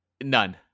None